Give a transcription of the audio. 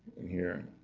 and here,